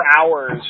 hours